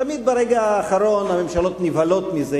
תמיד ברגע האחרון הממשלות נבהלות מזה.